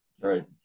Right